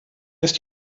ist